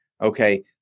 okay